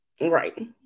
Right